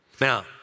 Now